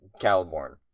Caliborn